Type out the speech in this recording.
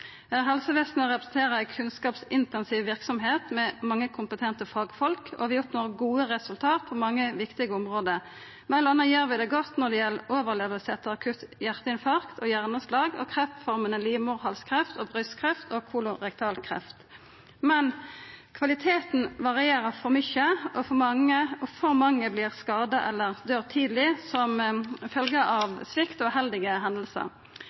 Helsevesenet representerer ei kunnskapsintensiv verksemd med mange kompetente fagfolk, og vi oppnår gode resultat på mange viktige område. Mellom anna gjer vi det godt når det gjeld overleving etter akutt hjarteinfarkt, hjerneslag og kreftformene livmorhalskreft, brystkreft og kolorektal kreft. Men kvaliteten varierer for mykje, og for mange vert skadde eller døyr tidleg som følgje av svikt og uheldige hendingar. Infeksjonar og